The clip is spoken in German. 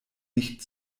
nicht